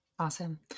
Awesome